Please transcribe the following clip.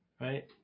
right